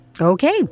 Okay